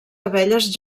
abelles